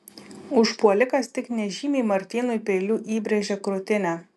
užpuolikas tik nežymiai martynui peiliu įbrėžė krūtinę